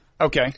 Okay